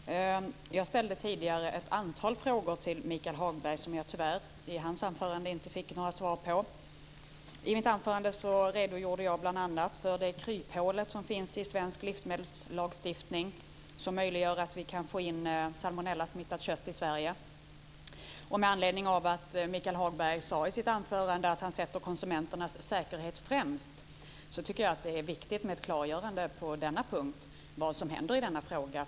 Fru talman! Jag ställde tidigare ett antal frågor till Michael Hagberg som jag tyvärr inte fick några svar på i hans anförande. I mitt anförande redogjorde jag bl.a. för det kryphål som finns i svensk livsmedelslagstiftning som möjliggör att vi kan få in salmonellasmittat kött i Sverige. Michael Hagberg sade i sitt anförande att han sätter konsumenternas säkerhet främst. Jag tycker därför att det är viktigt med ett klargörande av vad som händer på den punkten i denna fråga.